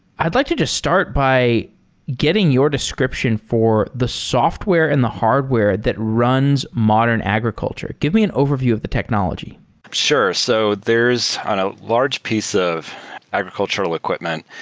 i'd like to just start by getting your description for the software and the hardware that runs modern agriculture. give me an overview of the technology. sure. so there's a ah large piece of agricultural equipment.